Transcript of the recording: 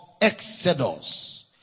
Exodus